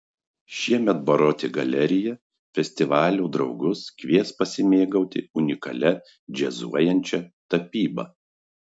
šiemet baroti galerija festivalio draugus kvies pasimėgauti unikalia džiazuojančia tapyba